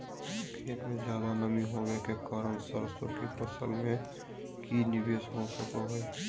खेत में ज्यादा नमी होबे के कारण सरसों की फसल में की निवेस हो सको हय?